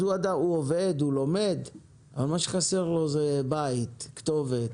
אז הוא עובד ולומד, אבל מה שחסר לו זה בית, כתובת,